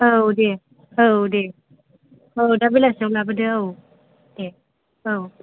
औ दे औ दे औ दा बेलासिआव लाबोदो औ दे औ